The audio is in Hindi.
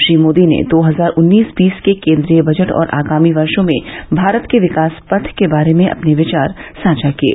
श्री मोदी ने दो हजार उन्नीस बीस के केन्द्रीय बजट और आगामी वर्षो में भारत के विकास पथ के बारे में अपने विचार साझा किये